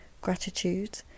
gratitude